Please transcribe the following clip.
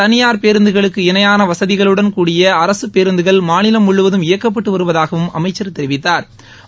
தனியார் பேருந்துகளுக்கு இணையாள வசதிகளுடன் கூடிய அரசு பேருந்துகள் மாநிலம் முழுவதும் இயக்கப்பட்டு வருவதாகவும் அமைச்சா் தெரிவித்தாா்